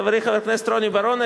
חברי חבר הכנסת רוני בר-און,